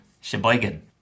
Sheboygan